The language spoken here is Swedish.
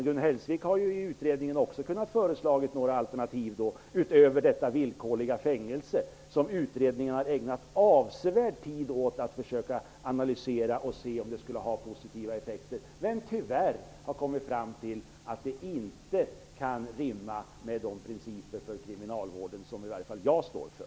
Gun Hellsvik hade också i utredningen kunnat föreslå några alternativ utöver villkorligt fängelsestraff, som utredningen har ägnat avsevärd tid åt att försöka analysera för att se om det skulle kunna ha positiva effekter. Men tyvärr har man kommit fram till att det inte kan rimma med de principer för kriminalvården som i varje fall jag står för.